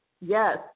Yes